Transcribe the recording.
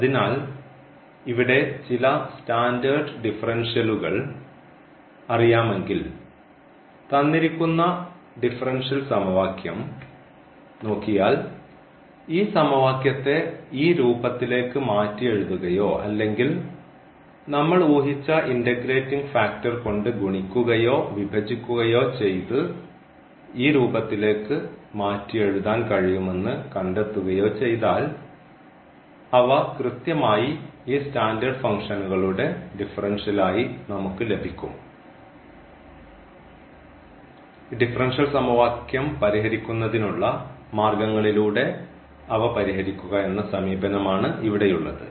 അതിനാൽ ഇവിടെ ചില സ്റ്റാൻഡേർഡ് ഡിഫറൻഷ്യലുകൾ അറിയാമെങ്കിൽ തന്നിരിക്കുന്ന ഡിഫറൻഷ്യൽ സമവാക്യം നോക്കിയാൽ ഈ സമവാക്യത്തെ ഈ രൂപത്തിലേക്ക് മാറ്റിയെഴുതുകയോ അല്ലെങ്കിൽ നമ്മൾ ഊഹിച്ച ഇൻറഗ്രേറ്റിംഗ് ഫാക്ടർ കൊണ്ട് ഗുണിക്കുകയോ വിഭജിക്കുകയോ ചെയ്തു ഈ രൂപത്തിലേക്ക് മാറ്റിയെഴുതാൻ കഴിയുമെന്ന് കണ്ടെത്തുകയോ ചെയ്താൽ അവ കൃത്യമായി ഈ സ്റ്റാൻഡേർഡ് ഫംഗ്ഷനുകളുടെ ഡിഫറൻഷ്യൽ ആയി നമുക്ക് ലഭിക്കും ഈ ഡിഫറൻഷ്യൽ സമവാക്യം പരിഹരിക്കുന്നതിനുള്ള മാർഗ്ഗങ്ങളിലൂടെ അവ പരിഹരിക്കുക എന്ന സമീപനമാണ് ഇവിടെയുള്ളത്